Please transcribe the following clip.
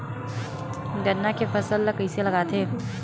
गन्ना के फसल ल कइसे लगाथे?